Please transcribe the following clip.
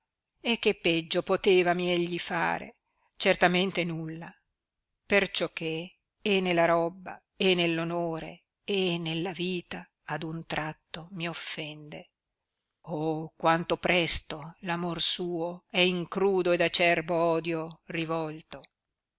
e che peggio potevami egli fare certamente nulla perciò che e nella robba e nell onore e nella vita ad un tratto mi offende oh quanto presto l'amor suo è in crudo ed acerbo odio rivolto